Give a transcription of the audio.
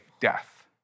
death